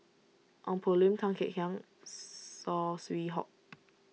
Ong Poh Lim Tan Kek Hiang Saw Swee Hock